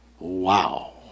Wow